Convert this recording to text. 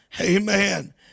Amen